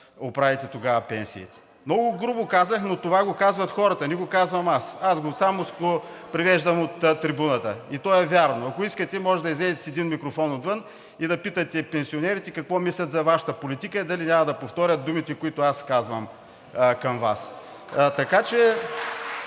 МИНИСТЪР ГЕОРГИ ГЬОКОВ: Много грубо го казах. Но това го казват хората, не го казвам аз. Аз само го привеждам от трибуната, и то е вярно. Ако искате, може да излезете с един микрофон отвън и да питате пенсионерите какво мислят за Вашата политика и дали няма да повторят думите, които аз казвам към Вас.